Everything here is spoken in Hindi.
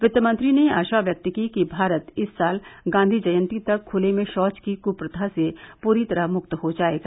वित्तमंत्री ने आशा व्यक्त की कि भारत इस साल गांधी जयंती तक खुले में शौच की कुप्रथा से पूरी तरह मुक्त हो जायेगा